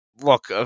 look